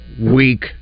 week